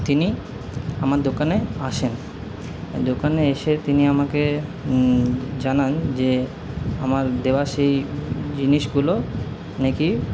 তিনি আমার দোকানে আসেন দোকানে এসে তিনি আমাকে জানান যে আমার দেওয়া সেই জিনিসগুলো না কি